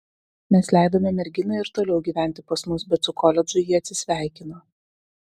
mes leidome merginai ir toliau gyventi pas mus bet su koledžu ji atsisveikino